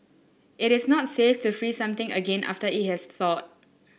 it is not safe to freeze something again after it has thawed